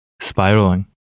spiraling